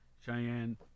Cheyenne